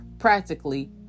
Practically